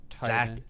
Zach